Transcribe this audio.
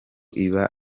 iba